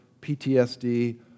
PTSD